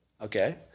Okay